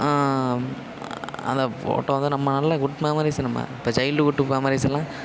அந்த ஃபோட்டோ வந்து நம்ம நல்ல குட் மெமரிஸ் நம்ம இப்ப சைல்டுஹூட்டு மெமரிஸ் எல்லாம்